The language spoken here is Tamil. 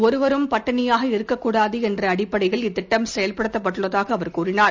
ஒருவரும் இருக்கக்கூடாது என்ற அடிப்படையில் இத்திட்டம் செயல்படுத்தப்பட்டுள்ளதாக அவர் கூறினார்